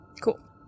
Cool